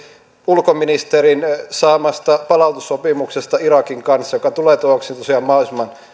ulkoministerin saamasta palautussopimuksesta irakin kanssa joka tulee mahdollisimman